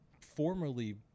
formerly